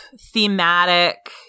thematic